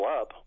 up